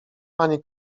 panie